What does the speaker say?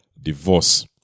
divorce